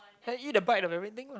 then eat a bite of everything lah